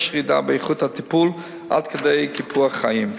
יש ירידה באיכות הטיפול עד כדי קיפוח חיים.